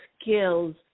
skills